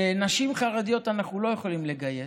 נשים חרדיות אנחנו לא יכולים לגייס.